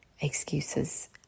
excuses